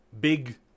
big